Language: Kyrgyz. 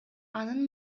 анын